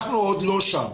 אנחנו עוד לא שם.